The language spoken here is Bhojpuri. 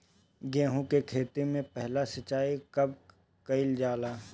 गेहू के खेती मे पहला सिंचाई कब कईल जाला?